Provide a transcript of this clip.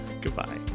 Goodbye